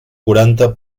quaranta